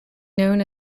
known